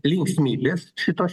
linksmybės šitos